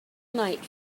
night